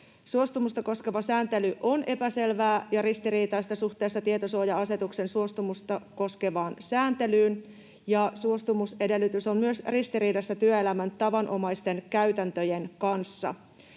Suostumusta koskeva sääntely on epäselvää ja ristiriitaista suhteessa tietosuoja-asetuksen suostumusta koskevaan sääntelyyn, ja suostumusedellytys on myös ristiriidassa työelämän tavanomaisten käytäntöjen kanssa.